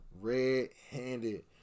Red-handed